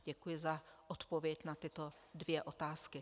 Děkuji za odpověď na tyto dvě otázky.